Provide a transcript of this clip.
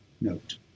note